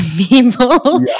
people